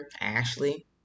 Ashley